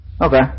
Okay